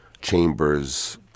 chambers